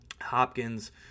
Hopkins